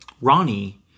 Ronnie